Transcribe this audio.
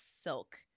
silk